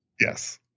Yes